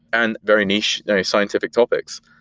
and very niche scientific topics.